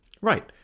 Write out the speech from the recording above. Right